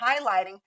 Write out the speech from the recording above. highlighting